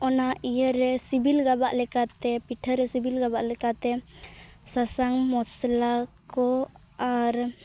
ᱚᱱᱟ ᱤᱭᱟᱹᱨᱮ ᱥᱤᱵᱤᱞ ᱜᱟᱵᱟᱜ ᱞᱮᱠᱟ ᱛᱮ ᱯᱤᱴᱷᱟᱹᱨᱮ ᱥᱤᱵᱤᱞ ᱜᱟᱵᱟᱜ ᱞᱮᱠᱟᱛᱮ ᱥᱟᱥᱟᱝ ᱢᱚᱥᱞᱟ ᱠᱚ ᱟᱨ